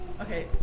okay